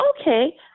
Okay